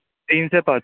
تین سے پانچ